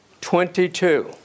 Twenty-two